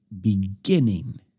beginning